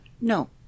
no